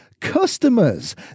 customers